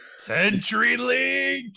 CenturyLink